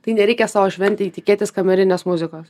tai nereikia savo šventėj tikėtis kamerinės muzikos